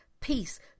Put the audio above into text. peace